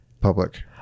public